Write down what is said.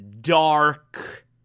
dark